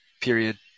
Period